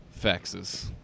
faxes